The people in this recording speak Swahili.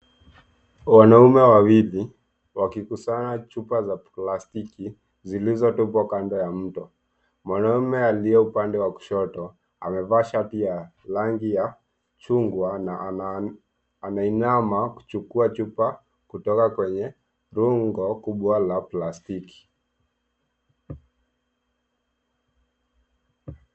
Wanaume wawili wakikusanya chupa za plastiki zilizotupwa kando ya mto. Mwanaume aliye upande wa kushoto amevaa shati ya rangi ya chungwa na anainama kuchukua chupa kutoka kwenye rundo la plastiki.